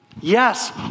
Yes